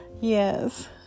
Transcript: Yes